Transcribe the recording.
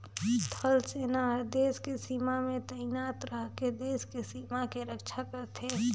थल सेना हर देस के सीमा में तइनात रहिके देस के सीमा के रक्छा करथे